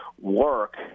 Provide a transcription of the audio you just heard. work